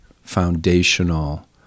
foundational